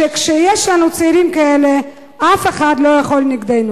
שכשיש לנו צעירים כאלה אף אחד לא יכול נגדנו.